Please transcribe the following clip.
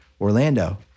Orlando